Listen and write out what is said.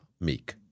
meek